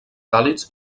càlids